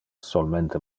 solmente